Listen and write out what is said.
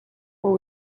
what